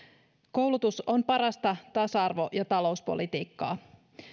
koulutus on parasta tasa arvo ja talouspolitiikkaa